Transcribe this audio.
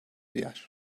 yer